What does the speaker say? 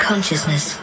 consciousness